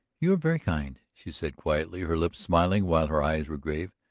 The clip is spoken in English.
you are very kind, she said quietly, her lips smiling while her eyes were grave.